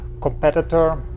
Competitor